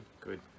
Good